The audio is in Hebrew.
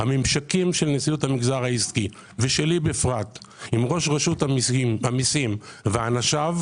הממשקים של נשיאות המגזר העסקי ושלי בפרט עם ראש רשות המיסים ואנשיו,